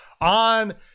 On